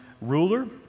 ruler